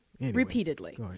Repeatedly